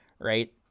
right